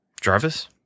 Jarvis